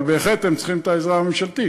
אבל בהחלט הם צריכים את העזרה הממשלתית.